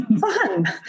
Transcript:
fun